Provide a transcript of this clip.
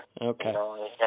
Okay